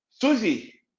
Susie